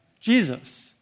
Jesus